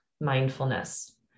mindfulness